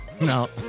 no